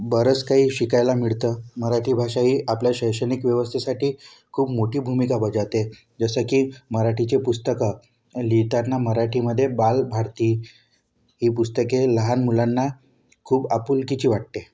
बरंच काही शिकायला मिळतं मराठी भाषा ही आपल्या शैक्षणिक व्यवस्थेसाठी खूप मोठी भूमिका बजावते जसं की मराठीचे पुस्तकं लिहिताना मराठीमध्ये बालभारती ही पुस्तके लहान मुलांना खूप आपुलकीची वाटते